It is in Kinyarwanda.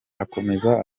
akomeza